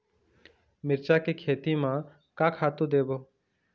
मिरचा के खेती म का खातू देबो?